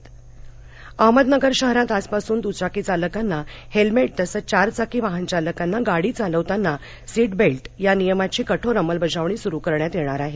अहमदनगर अहमदनगर शहरात आजपासून दुचाकीचालकांना हेल्मेट तसंच चारचाकी वाहनचालकांना गाडी चालवताना सीट बेल्ट या नियमाची कठोर अंमलबजावणी सुरू करण्यात येणार आहे